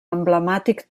emblemàtic